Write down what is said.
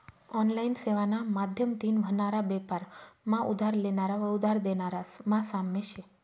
online सेवाना माध्यमतीन व्हनारा बेपार मा उधार लेनारा व उधार देनारास मा साम्य शे